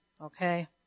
okay